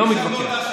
אני הייתי שם,